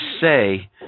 say